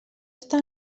està